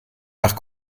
nach